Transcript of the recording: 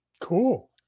cool